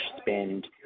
spend